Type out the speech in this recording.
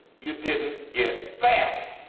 you didnt get fat.